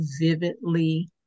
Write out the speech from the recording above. vividly